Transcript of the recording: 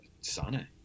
Sane